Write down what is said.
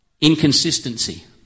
Inconsistency